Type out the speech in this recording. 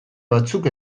batzuk